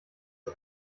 bei